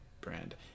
brand